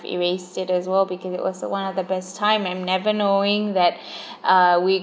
erased it as well because it was so one of the best time I’m never knowing that uh we